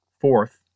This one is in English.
Fourth